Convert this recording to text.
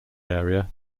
area